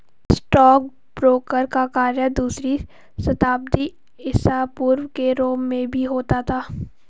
stockbroker का कार्य दूसरी शताब्दी ईसा पूर्व के रोम में भी होता था